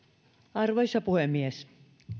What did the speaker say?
arvoisa puhemies